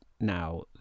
now